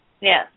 Yes